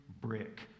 brick